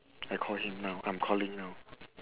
I call him now I'm calling now